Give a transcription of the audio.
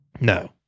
No